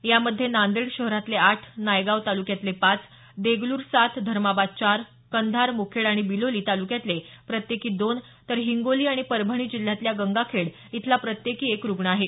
यामध्ये नांदेड शहरातले आठ नायगाव तालुक्यातले पाच देगलूर सात धर्माबाद चार कंधार मुखेड आणि बिलोली तालुक्यातले प्रत्येकी दोन तर हिंगोली आणि परभणी जिल्ह्यातल्या गंगाखेड इथला प्रत्येकी एक रुग्ण आहे